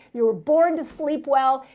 you were born to sleep well,